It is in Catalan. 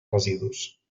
residus